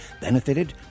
benefited